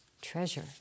treasure